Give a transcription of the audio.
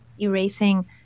erasing